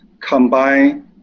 combine